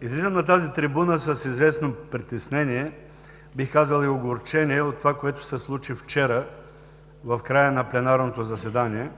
излизам на тази трибуна с известно притеснение, бих казал, огорчение от това, което се случи вчера в края на пленарното заседание.